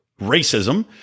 racism